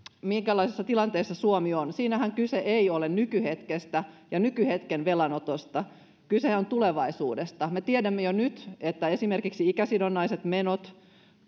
minkälaisessa tilanteessa suomi on siinähän kyse ei ole nykyhetkestä ja nykyhetken velanotosta kyse on tulevaisuudesta me tiedämme jo nyt että esimerkiksi ikäsidonnaiset menot